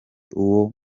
uwo